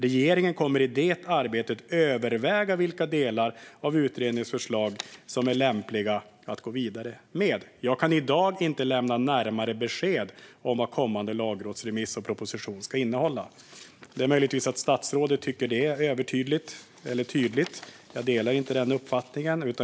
Regeringen kommer i det arbetet att överväga vilka delar av utredningens förslag som är lämpliga att gå vidare med. Jag kan inte i dag lämna närmare besked om vad kommande lagrådsremiss och proposition ska innehålla." Det är möjligt att statsrådet tycker att det är övertydligt eller tydligt. Jag delar inte den uppfattningen.